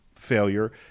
failure